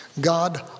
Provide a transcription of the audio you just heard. God